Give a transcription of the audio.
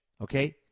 okay